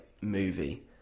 movie